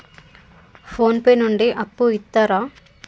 Phone pay నుండి అప్పు ఇత్తరా?